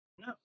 No